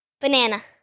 Banana